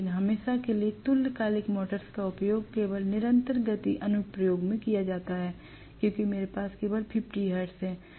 लेकिन हमेशा के लिए तुल्यकालिक मोटर्स का उपयोग केवल निरंतर गति अनुप्रयोग में किया जाता है क्योंकि मेरे पास केवल 50 हर्ट्ज हैं